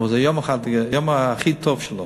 זה היום הכי טוב שלו.